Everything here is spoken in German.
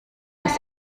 das